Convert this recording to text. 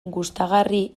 gustagarri